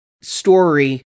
story